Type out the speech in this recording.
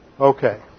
Okay